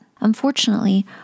Unfortunately